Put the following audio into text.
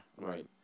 Right